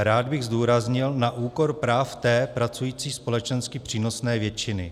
Rád bych zdůraznil, na úkor práv té pracující, společensky přínosné většiny.